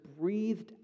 breathed